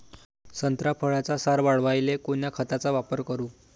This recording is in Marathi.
संत्रा फळाचा सार वाढवायले कोन्या खताचा वापर करू?